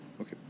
Okay